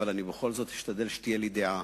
אבל בכל זאת אשתדל שתהיה לי דעה,